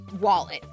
wallet